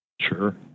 Sure